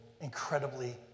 incredibly